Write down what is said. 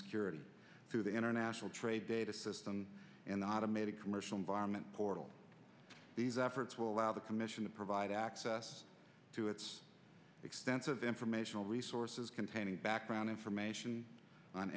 security through the international trade data system and the automated commercial environment portal these efforts allow the commission to provide access to its extensive informational resources containing background information on